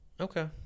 Okay